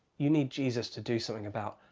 you need jesus to do something about.